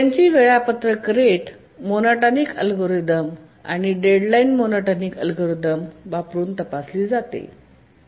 त्यांची वेळापत्रक rate monotonic algorithm आणि डेडलाइन मोनोटोनिक अल्गोरिदम वापरून तपासले जाते